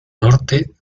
norte